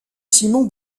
simon